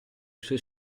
suoi